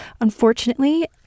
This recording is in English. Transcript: Unfortunately